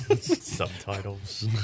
Subtitles